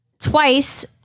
twice